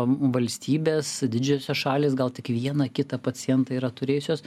valstybes didžiosios šalys gal tik vieną kitą pacientą yra turėjusios